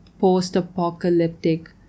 post-apocalyptic